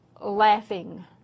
Laughing